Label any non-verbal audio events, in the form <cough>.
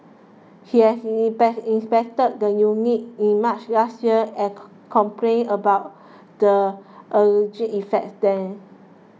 he had inspect inspected the unit in March last year and <unintelligible> complained about the alleged defects then